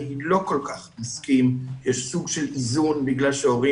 אני לא כל כך מסכים שיש סוג של איזון בגלל שהורים